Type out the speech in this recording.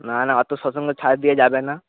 না না অত শতাংশ ছাড় দেওয়া যাবে না